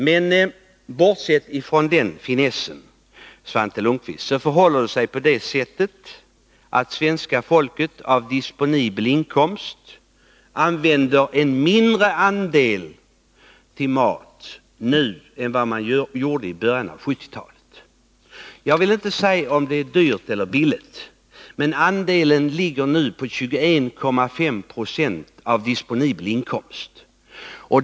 Men bortsett från den finessen, Svante Lundkvist, använder svenska folket nu en mindre andel av den disponibla inkomsten till mat än vad det gjorde i början av 1970-talet. Jag vill inte uttala mig om huruvida maten är dyr eller billig, men den andel av den disponibla inkomsten som går till mat motsvarar nu 21,5 90.